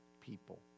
people